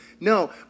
No